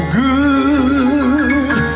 good